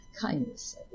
kindness